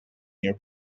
your